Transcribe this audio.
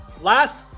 Last